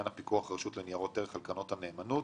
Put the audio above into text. לפיקוח רשות ניירות ערך על קרנות הנאמנות